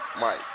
Mike